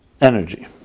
energy